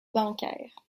bancaires